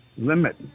limit